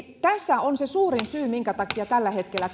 tässä on se suurin syy minkä takia tulojakopolitiikka on tällä hetkellä